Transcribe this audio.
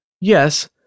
Yes